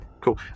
Cool